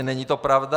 Není to pravda.